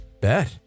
Bet